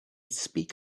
speak